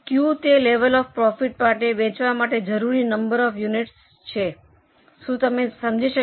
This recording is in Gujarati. ક્યૂ તે લેવલ ઑફ પ્રોફિટ માટે વેચવા માટેની જરૂરી નંબર ઑફ યુનિટસ છે શું તમે સમજી શક્યા